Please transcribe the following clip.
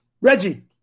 Reggie